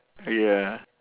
ya